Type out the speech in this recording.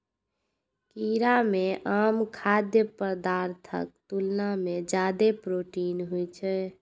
कीड़ा मे आम खाद्य पदार्थक तुलना मे जादे प्रोटीन होइ छै